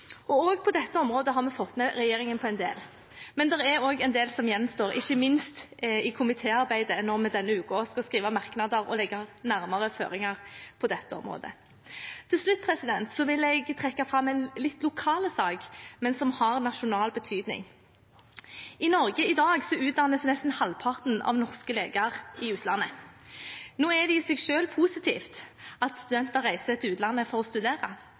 lærerutdanning. Også på dette området har vi fått med regjeringen på en del. Men det er også en del som gjenstår, ikke minst i komitéarbeidet når vi denne uken skal skrive merknader og legge nærmere føringer på dette området. Til slutt vil jeg trekke fram en litt lokal sak, men som har nasjonal betydning. I Norge i dag utdannes nesten halvparten av norske leger i utlandet. Nå er det i seg selv positivt at studenter reiser til utlandet for å studere,